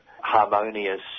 harmonious